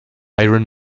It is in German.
iron